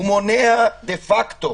הוא מונע דה פקאטו